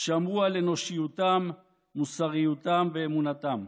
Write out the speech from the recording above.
שמרו על אנושיותם, מוסריותם ואמונתם.